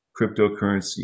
cryptocurrency